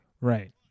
right